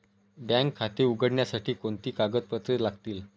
Bank खाते उघडण्यासाठी कोणती कागदपत्रे लागतील?